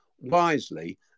wisely